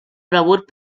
rebut